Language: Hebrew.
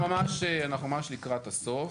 אנחנו ממש לקראת הסוף.